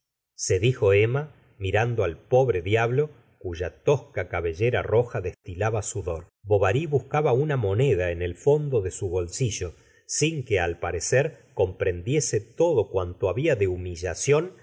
se dijo emma mirando al pobre diablo cuya tosca cabellera roja destilaba sudor bovary buscaba una moneda en el fondo de su bolsillo sin que al parecer comprendiese todo cuanto había de humillación